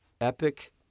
epic